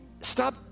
stop